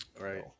Right